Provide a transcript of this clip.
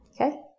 Okay